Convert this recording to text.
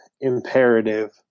imperative